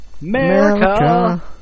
America